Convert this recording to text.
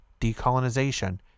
decolonization